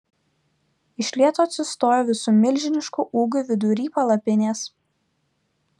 iš lėto atsistojo visu milžinišku ūgiu vidury palapinės